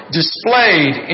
displayed